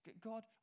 God